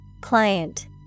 Client